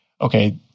okay